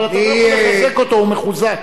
אבל אתה לא יכול לחזק אותו, הוא מחוזק.